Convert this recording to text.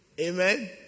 Amen